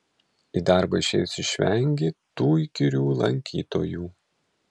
į darbą išėjus išvengi tų įkyrių lankytojų